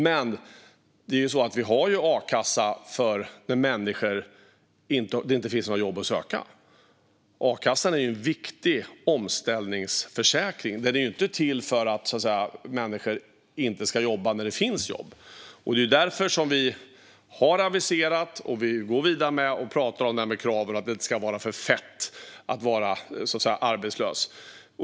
Men a-kassan har vi ju för den situation då det inte finns något jobb att söka. A-kassan är en viktig omställningsförsäkring. Den är inte till för att människor inte ska jobba när det finns jobb. Det är därför som vi har aviserat och går vidare med krav och säger att det inte ska vara för "fett" att vara arbetslös.